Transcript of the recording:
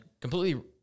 completely